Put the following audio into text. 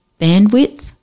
bandwidth